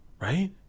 right